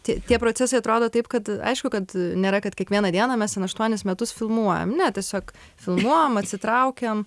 tie tie procesai atrodo taip kad aišku kad nėra kad kiekvieną dieną mes ten aštuonis metus filmuojam ne tiesiog filmuojam atsitraukiam